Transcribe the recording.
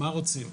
מה רוצים,